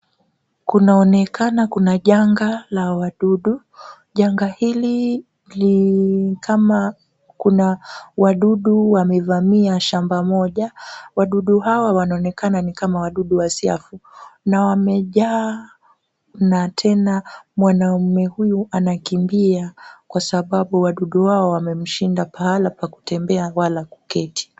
Kunaonekana kuna janga la wadudu. Janga hili ni kama kuna wadudu wamevamia shamba moja. Wadudu hawa wanaonekana ni kama wadudu wa siafu na wamejaa na tena mwanaume huyu anakimbia kwa sababu wadudu hawa wamemshinda pahala pa kutembea wala kuketi.